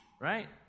right